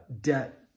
debt